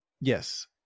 Yes